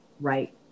right